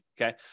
okay